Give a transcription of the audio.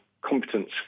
competence